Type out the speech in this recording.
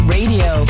Radio